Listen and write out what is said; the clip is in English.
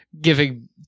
giving